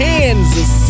Kansas